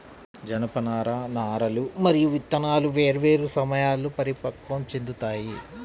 జనపనార నారలు మరియు విత్తనాలు వేర్వేరు సమయాల్లో పరిపక్వం చెందుతాయి